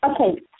Okay